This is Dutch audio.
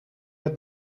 het